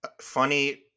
Funny